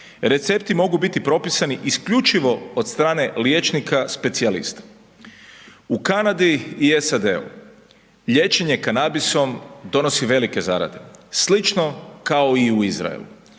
Recepti mogu biti propisani isključivo od strane liječnika specijalista. U Kanadi i SAD liječenje kanabisom donosi velike zarade, slično kao i u Izraelu.